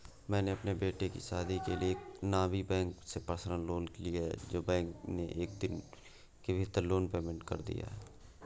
मैंने अपने बेटे की शादी के लिए एक नामी बैंक से पर्सनल लोन लिया है जो बैंक ने एक दिन के भीतर लोन पेमेंट कर दिया